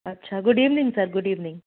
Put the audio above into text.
अच्छा good evening sir good evening